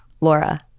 Laura